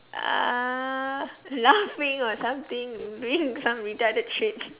uh laughing or something doing some retarded shit